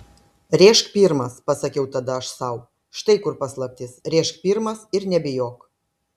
rėžk pirmas pasakiau tada aš sau štai kur paslaptis rėžk pirmas ir nebijok